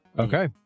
Okay